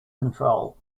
control